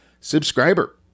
subscriber